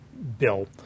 bill